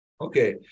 Okay